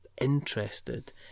interested